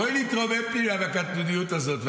בואי נתרומם טיפה מהקטנוניות הזאת.